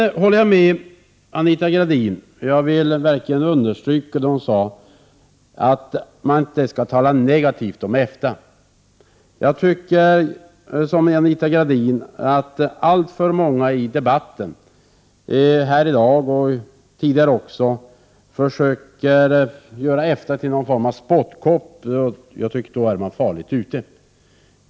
Jag håller med Anita Gradin om — och jag vill verkligen understryka det som hon sade — att man inte skall tala negativt om EFTA. Precis som Anita Gradin tycker jag att alltför många i debatten här i dag och även tidigare försökt göra EFTA till någon form av spottkopp. Då är man farligt ute.